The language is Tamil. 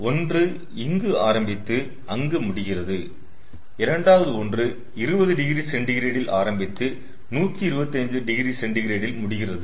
ஒன்று இங்கு ஆரம்பித்து அங்கு முடிகிறது இரண்டாவது ஒன்று 20oC ல் ஆரம்பித்து 125oC ல் முடிகிறது